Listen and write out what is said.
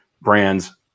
brands